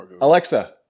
Alexa